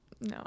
no